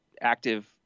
active